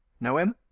know him?